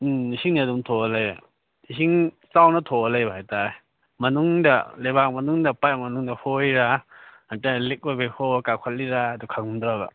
ꯎꯝ ꯏꯁꯤꯡ ꯑꯗꯨꯝ ꯊꯣꯛꯑ ꯂꯩꯔꯦꯕ ꯏꯁꯤꯡ ꯆꯥꯎꯅ ꯊꯣꯛꯑ ꯂꯩꯕ ꯍꯥꯏꯇꯥꯔꯦ ꯃꯅꯨꯡꯗ ꯂꯩꯕꯥꯛ ꯃꯅꯨꯡꯗ ꯄꯥꯌꯦꯞ ꯃꯅꯨꯡꯗ ꯍꯣꯔꯤꯔꯥ ꯅꯠꯇ꯭ꯔꯒꯅ ꯂꯤꯛ ꯑꯣꯏꯕꯩ ꯍꯣꯔ ꯀꯥꯞꯈꯠꯂꯤꯔ ꯑꯗꯨ ꯈꯪꯗ꯭ꯔꯕ